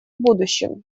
будущем